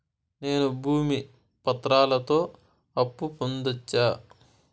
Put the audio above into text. నేను భూమి పత్రాలతో అప్పు పొందొచ్చా?